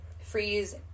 Freeze